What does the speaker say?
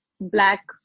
black